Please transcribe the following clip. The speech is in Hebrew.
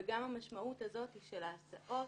וגם המשמעות הזאת של ההסעות